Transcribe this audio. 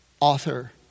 author